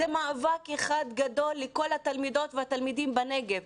זה מאבק אחד גדול לכל התלמידות והתלמידים בנגב.